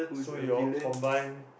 so you all combine